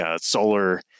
solar